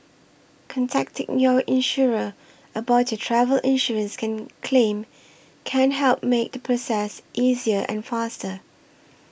contacting your insurer about your travel insurance can claim can help make the process easier and faster